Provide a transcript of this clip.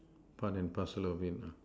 part and parcel of it lah